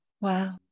Wow